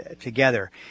together